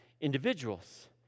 individuals